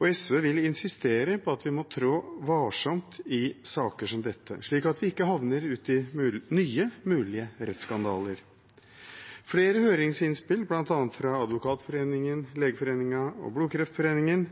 og SV vil insistere på at vi må trå varsomt i saker som dette, slik at vi ikke havner ut i nye mulige rettsskandaler. Flere høringsinnspill, bl.a. fra Advokatforeningen, Legeforeningen og Blodkreftforeningen,